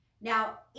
now